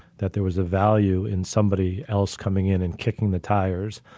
that there was a value in somebody else coming in and kicking the tires.